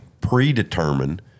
predetermined